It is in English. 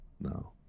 no